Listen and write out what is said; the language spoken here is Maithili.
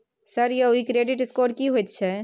सर यौ इ क्रेडिट स्कोर की होयत छै?